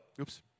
oops